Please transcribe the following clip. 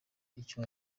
icyo